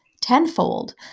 tenfold